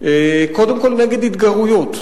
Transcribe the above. קודם כול נגד התגרויות,